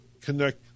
connect